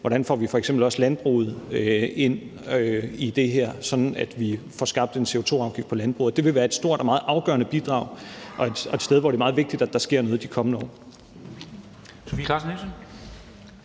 hvordan vi f.eks. også får landbruget ind i det her, sådan at vi får lavet en CO2-afgift på landbruget. Det vil være et stort og meget afgørende bidrag og et sted, hvor det er meget vigtigt, at der sker noget de kommende år.